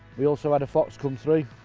we also had a fox come through,